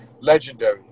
legendary